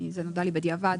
זה נודע לי בדיעבד,